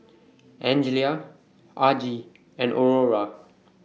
Angelia Argie and Aurora